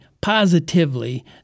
positively